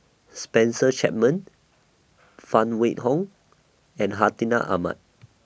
Spencer Chapman Phan Wait Hong and Hartinah Ahmad